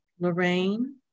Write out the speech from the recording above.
Lorraine